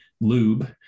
lube